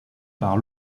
par